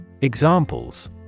Examples